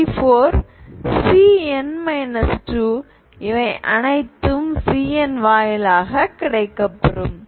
Cn 2 இவை அனைத்தும் Cn வாயிலாக கிடைக்கப் பெறும்